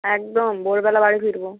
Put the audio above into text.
একদম ভোরবেলা বাড়ি ফিরব